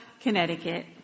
Connecticut